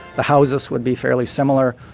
the houses would be fairly similar.